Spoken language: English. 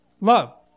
love